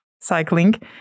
cycling